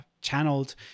channeled